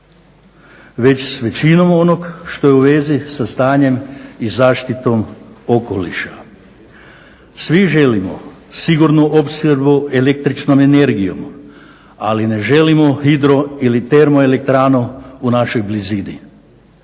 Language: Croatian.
već sa većinom onog što je u vezi sa stanjem i zaštitom okoliša. Svi želimo sigurnu opskrbu električnom energijom, ali ne želimo hidro ili termo elektranu u našoj blizini.